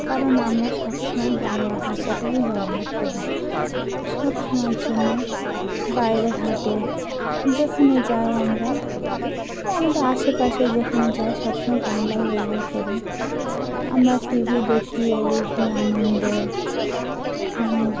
কারণ আমরা সবসময় বাংলা ভাষাটাই ব্যবহার করি সব সমময়ের জন্য বাইরে ঘাটে যেখানে যাই আমরা এই আমাদের আশেপাশে যেখানে যাই সব সমময় বাংলাই ব্যবহার করি আমরা টিভি দেখি এবিপি আনন্দ